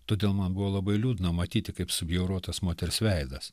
todėl man buvo labai liūdna matyti kaip subjaurotas moters veidas